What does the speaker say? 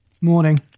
Morning